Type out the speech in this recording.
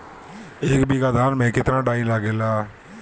एक बीगहा धान में केतना डाई लागेला?